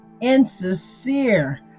insincere